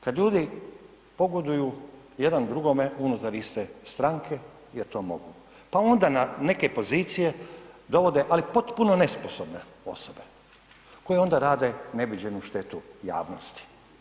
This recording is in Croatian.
Kad ljudi pogoduju jedan drugome unutar iste stranke jer to mogu pa onda na neke pozicije dovode, ali potpuno nesposobne osobe koje onda rade neviđenu štetu javnosti.